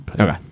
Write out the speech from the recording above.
Okay